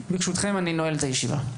ברשותכם, אני נועל את הישיבה.